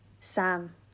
Sam